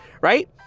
right